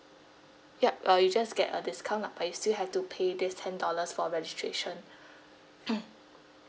yup uh you just get a discount lah but you still have to pay this ten dollars for registration